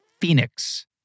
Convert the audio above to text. Phoenix